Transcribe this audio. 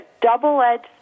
double-edged